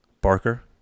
Barker